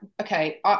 okay